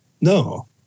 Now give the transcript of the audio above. no